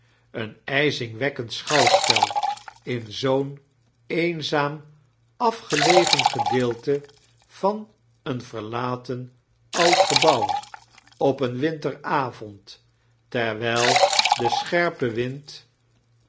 een ijzingwekkend schouwspel in zoo'n eenzaam afgelegen gedeelte van een verlaten oud gebouw op een winteravond terwijl de scherpe wind